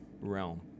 realm